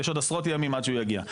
יש עוד עשרות ימים עד שהוא יגיע.